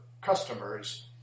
customers